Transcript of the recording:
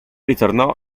ritornò